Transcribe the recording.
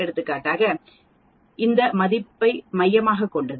எடுத்துக்காட்டாக அது அந்த மதிப்பை மையமாகக் கொண்டது